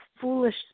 foolish